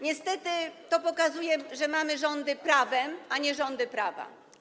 Niestety to pokazuje, że mamy rządy prawem, a nie rządy prawa.